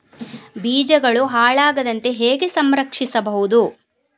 ಬೀಜಗಳು ಹಾಳಾಗದಂತೆ ಹೇಗೆ ಸಂರಕ್ಷಿಸಬಹುದು?